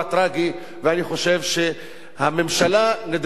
ואני חושב שהממשלה נדרשת היום,